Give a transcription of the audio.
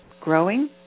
growing